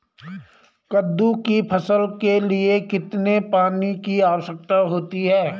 कद्दू की फसल के लिए कितने पानी की आवश्यकता होती है?